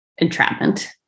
entrapment